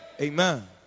Amen